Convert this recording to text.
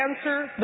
answer